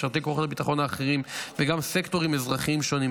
משרתי כוחות הביטחון האחרים וגם סקטורים אזרחיים שונים.